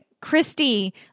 Christy